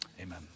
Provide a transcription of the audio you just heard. Amen